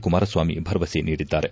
ಕುಮಾರಸ್ವಾಮಿ ಭರವಸೆ ನೀಡಿದ್ದಾರೆ